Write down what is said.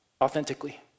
authentically